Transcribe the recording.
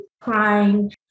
crying